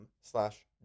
slash